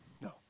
No